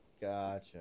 Gotcha